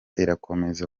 irakomeza